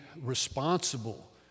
responsible